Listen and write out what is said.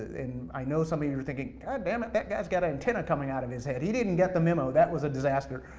and i know some of you are thinking, god damn guy's got an antenna coming out of his head, he didn't get the memo, that was a disaster.